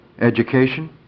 education